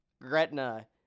Gretna